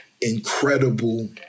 incredible